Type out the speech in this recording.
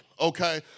okay